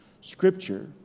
Scripture